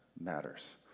matters